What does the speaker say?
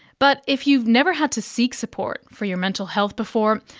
but if you've never had to seek support for your mental health before,